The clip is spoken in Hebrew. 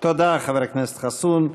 תודה, חבר הכנסת חסון.